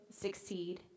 succeed